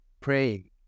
praying